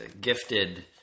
gifted